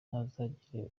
ntazagire